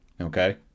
okay